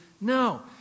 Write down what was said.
No